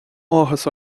áthas